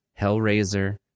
Hellraiser